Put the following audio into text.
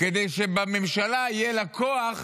כדי שלממשלה יהיה כוח